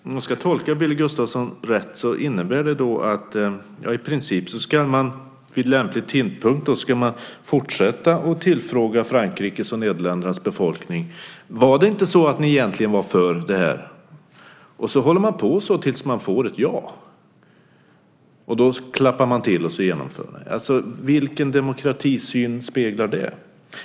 Om jag tolkar Billy Gustafsson rätt innebär det i princip att man vid lämplig tidpunkt ska fortsätta att fråga Frankrikes och Nederländernas befolkning: Var ni inte egentligen för detta? Man håller sedan på så tills man får ett ja. Då klappar man till och genomför detta. Vilken demokratisyn speglar det?